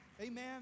amen